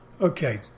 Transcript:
Okay